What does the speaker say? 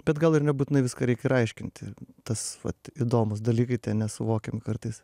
bet gal ir nebūtinai viską reik ir aiškinti tas vat įdomūs dalykai nesuvokiami kartais